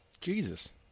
Jesus